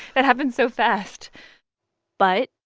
it happened so fast but.